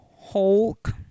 Hulk